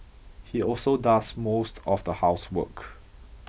he also does most of the housework